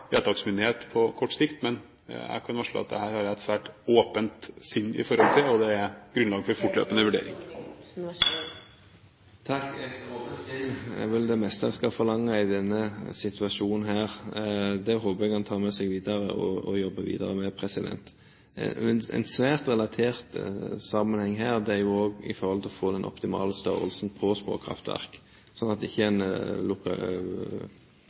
på kort sikt, men jeg kan varsle at dette har jeg et svært åpent sinn i forhold til, og det er grunnlag for vurdering. Et åpent sinn er vel det meste en kan forlange i denne situasjonen. Det håper jeg han tar med seg videre og jobber videre med. Noe som er svært relatert til dette i den sammenheng, dreier seg om å få den optimale størrelsen på småkraftverk, slik at en ikke nedskalerer dem for å komme unna en